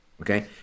okay